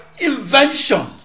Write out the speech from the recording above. invention